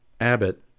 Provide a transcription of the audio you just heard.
Abbott